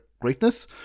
greatness